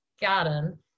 garden